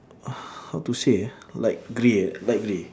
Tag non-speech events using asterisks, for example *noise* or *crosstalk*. *noise* how to say ah light grey ah light grey